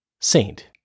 Saint